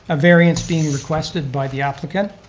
ah variance being requested by the applicant.